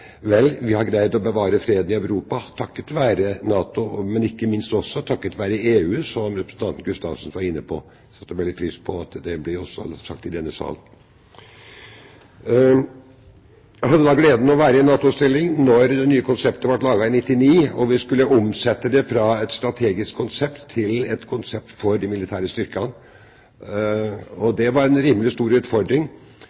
Vel, vi har greid å bevare fred i Europa, takket være NATO, men ikke minst også takket være EU, som representanten Gustavsen var inne på – jeg setter veldig pris på at det også ble sagt i denne sal. Jeg hadde gleden av å være i en NATO-stilling da det nye konseptet ble laget i 1999 og vi skulle omsette det fra et strategisk konsept til et konsept for de militære styrkene.